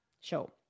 show